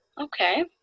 Okay